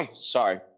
Sorry